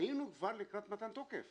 היינו כבר לקראת מתן תוקף